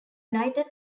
united